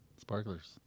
Sparklers